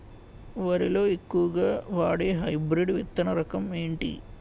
వరి లో ఎక్కువుగా వాడే హైబ్రిడ్ విత్తన రకం ఏంటి?